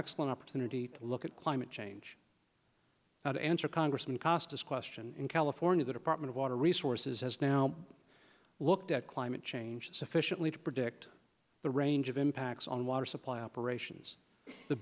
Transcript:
excellent opportunity to look at climate change now to answer congressman kostis question in california the department of water resources has now looked at climate change sufficiently to predict the range of impacts on water supply operations the